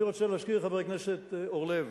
אני רוצה להזכיר לחבר הכנסת אורלב,